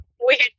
Weird